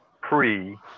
pre